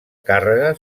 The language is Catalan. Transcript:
càrrega